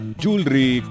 jewelry